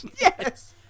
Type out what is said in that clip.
Yes